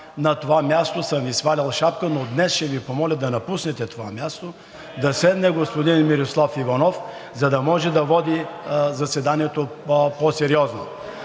на това място, съм Ви свалял шапка, но днес ще Ви помоля да напуснете това място, да седне господин Мирослав Иванов, за да може да води заседанието по-сериозно.